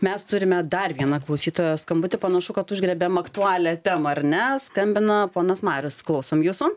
mes turime dar vieną klausytojo skambutį panašu kad užgriebėm aktualią temą ar ne skambina ponas marius klausom jūsų